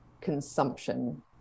consumption